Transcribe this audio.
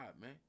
man